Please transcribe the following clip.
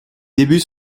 débuts